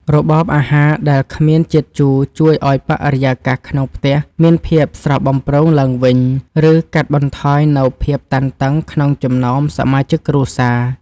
របបអាហារដែលគ្មានជាតិជូរជួយឱ្យបរិយាកាសក្នុងផ្ទះមានភាពស្រស់បំព្រងឡើងវិញ ឬ កាត់បន្ថយនូវភាពតានតឹងក្នុងចំណោមសមាជិកគ្រួសារ។